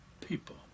people